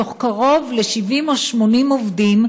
מתוך קרוב ל-70 או 80 עובדים,